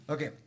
Okay